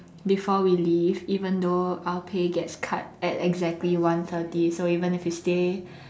before we leave even though our pay gets cut at exactly one thirty so even if we stay